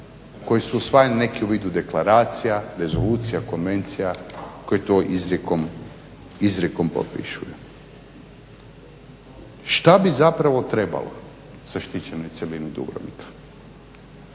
koji su usvajani neki u vidu deklaracija, rezolucija, konvencija koji to izrijekom …/Govornik se ne razumije./…. Šta bi zapravo trebalo zaštićenoj cjelini Dubrovnika?